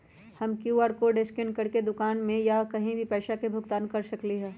हम QR code scan करके दुकान में या कहीं भी पैसा के भुगतान कर सकली ह?